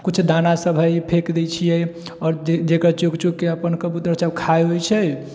कुछ दाना सब हइ फेक दै छिऐ आओर जेकर चुग चुगके अपन कबूतर सब खाइ उइ छै